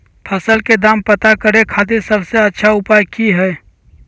फसल के दाम पता करे खातिर सबसे अच्छा उपाय की हय?